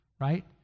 right